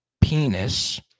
Penis